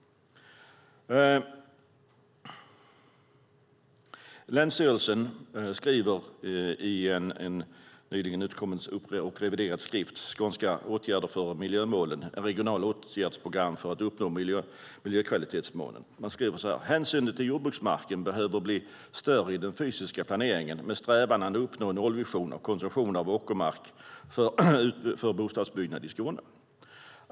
Länsstyrelsen skriver i en nyligen utkommen och reviderad skrift, Skånska åtgärder för miljömålen - Regionalt åtgärdsprogram för miljökvalitetsmålen 2012-2016 : "Hänsyn till jordbruksmarken . behöver bli större i den fysiska planeringen med strävan att uppnå en 'nollvision' för konsumtion av åkermark för bostadsutbyggnad i Skåne.